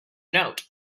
note